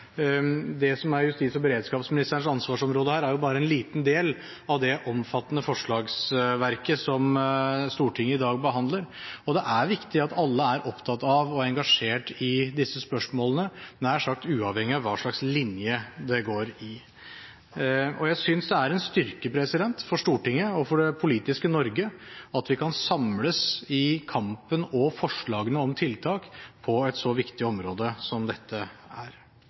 Det som er justis- og beredskapsministerens ansvarsområde her, er bare en liten del av det omfattende forslagsverket som Stortinget i dag behandler, og det er viktig at alle er opptatt av og engasjert i disse spørsmålene, nær sagt uavhengig av hva slags linje det går i. Jeg synes det er en styrke for Stortinget og for det politiske Norge at vi kan samles i kampen og om forslagene til tiltak på et så viktig område som dette er.